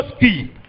key